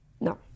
No